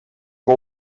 een